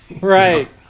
Right